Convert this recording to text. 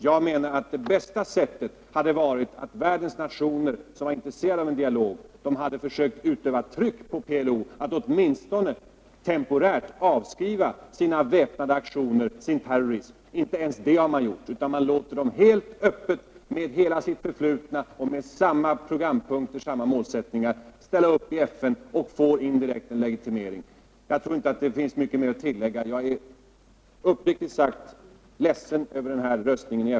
Jag menar att det bästa sättet hade varit att de nationer som var intresserade av en dialog hade försökt utöva tryck på PLO att åtminstone temporärt avskriva sina väpnade aktioner, sin terrorism. Inte ens det har man gjort, utan man låter PLO helt öppet, med hela sitt förflutna, med samma programpunkter och samma målsättningar som förut, ställa upp i FN och därmed indirekt få en legitimering. Jag tror inte att det finns mycket mer att tillägga — jag är uppriktigt sagt ledsen över den här röstningen.